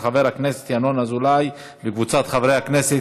של חבר הכנסת ינון אזולאי וקבוצת חברי הכנסת.